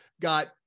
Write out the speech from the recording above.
got